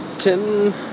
Tim